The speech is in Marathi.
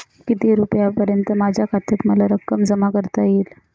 किती रुपयांपर्यंत माझ्या खात्यात मला रक्कम जमा करता येईल?